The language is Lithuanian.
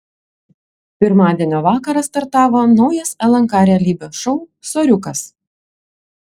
pirmadienio vakarą startavo naujas lnk realybės šou soriukas